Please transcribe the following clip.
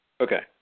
Okay